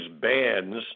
bands